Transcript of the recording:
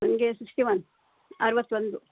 ನನಗೆ sixty one ಆರ್ವತ್ತ ಒಂದು